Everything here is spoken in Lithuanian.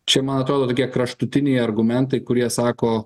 čia ma atrodo tokie kraštutiniai argumentai kurie sako